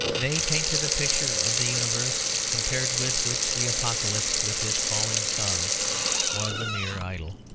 they painted a picture of the universe compared with which the apocalypse with its falling stars was a mere idyll.